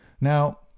Now